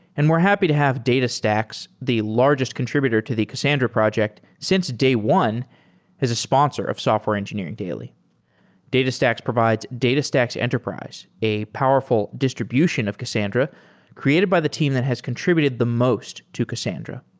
and we're happy to have datastax, the largest contributed to the cassandra project since day one as a sponsor of software engineering daily datastax provides datastax enterprise, a powerful distribution of cassandra created by the team that has contributed the most to cassandra.